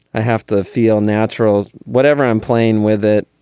have to feel natural whatever. i'm playing with it.